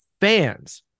fans